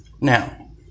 Now